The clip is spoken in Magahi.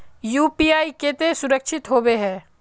यु.पी.आई केते सुरक्षित होबे है?